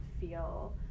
feel